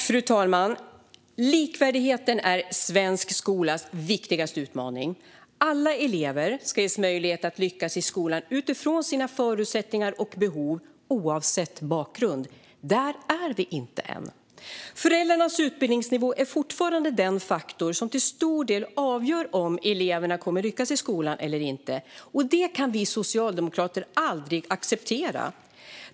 Fru talman! Likvärdigheten är svensk skolas viktigaste utmaning. Alla elever ska ges möjlighet att lyckas i skolan utifrån sina förutsättningar och behov, oavsett bakgrund. Där är vi inte än. Föräldrarnas utbildningsnivå är fortfarande den faktor som till stor del avgör om eleverna kommer att lyckas i skolan eller inte, och det kan vi socialdemokrater aldrig acceptera.